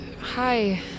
Hi